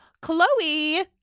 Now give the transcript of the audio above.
Chloe